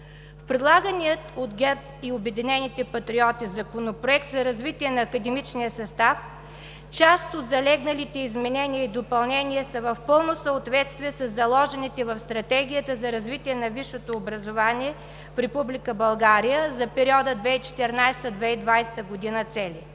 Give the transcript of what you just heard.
В предлагания от ГЕРБ и „Обединените патриоти“ Законопроект за развитие на академичния състав, част от залегналите изменения и допълнения са в пълно съответствие със заложените в Стратегията за развитие на висшето образование в Република България за периода 2014 – 2020 г. цели.